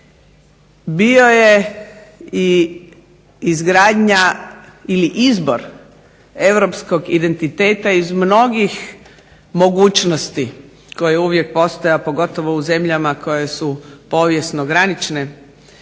ili izbor europskog identiteta iz mnogih mogućnosti koje uvijek postoje, pogotovo u zemljama koje su povijesno granične